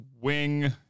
Wing